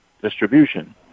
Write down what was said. distribution